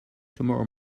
tomorrow